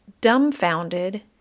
dumbfounded